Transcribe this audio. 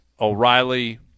O'Reilly